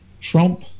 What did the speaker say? Trump